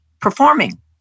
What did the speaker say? performing